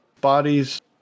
bodies